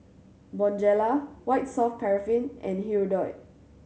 Bonjela White Soft Paraffin and Hirudoid